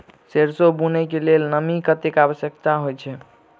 सैरसो बुनय कऽ लेल नमी कतेक आवश्यक होइ छै?